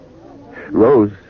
Rose